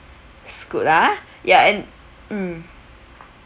scoot ah ya and mm